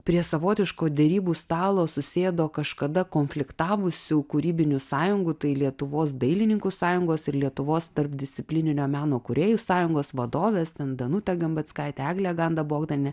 prie savotiško derybų stalo susėdo kažkada konfliktavusių kūrybinių sąjungų tai lietuvos dailininkų sąjungos ir lietuvos tarpdisciplininio meno kūrėjų sąjungos vadovės danutė gambeckaitė eglė ganda bogdanė